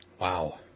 Wow